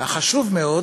החשוב מאוד